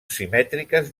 simètriques